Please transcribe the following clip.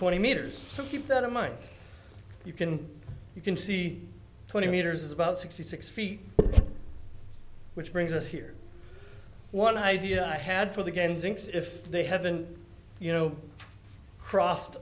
twenty meters so keep that in mind you can you can see twenty meters is about sixty six feet which brings us here one idea i had for the game thinks if they haven't you know crossed